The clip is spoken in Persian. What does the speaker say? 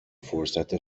فرصت